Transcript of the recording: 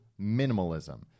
minimalism